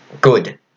Good